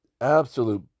absolute